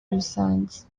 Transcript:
rusange